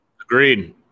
Agreed